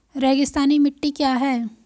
रेगिस्तानी मिट्टी क्या है?